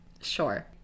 sure